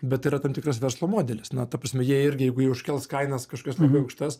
bet tai yra tam tikras verslo modelis na ta prasme jie irgi jeigu jie užkels kainas kažkokias labai aukštas